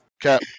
Cap